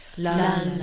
lulla,